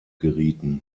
gerieten